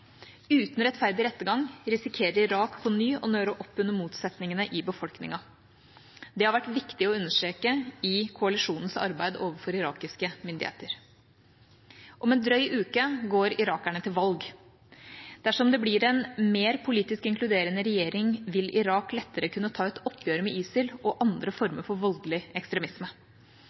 Uten rettferdig rettergang risikerer Irak på ny å nøre oppunder motsetningene i befolkningen. Det har vært viktig å understreke i koalisjonens arbeid overfor irakiske myndigheter. Om en drøy uke går irakerne til valg. Dersom det blir en mer politisk inkluderende regjering, vil Irak lettere kunne ta et oppgjør med ISIL og andre former for voldelig ekstremisme.